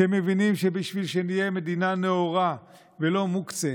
שמבינים שבשביל שנהיה מדינה נאורה ולא מוקצה